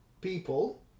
people